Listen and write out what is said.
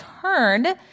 turned